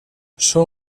són